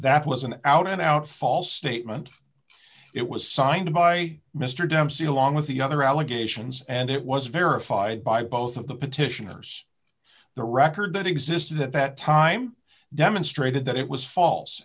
that was an out and out false statement it was signed by mr dempsey along with the other allegations and it was verified by both of the petitioners the record that existed at that time demonstrated that it was false